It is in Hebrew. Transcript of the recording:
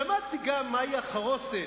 למדתי גם מהי החרוסת,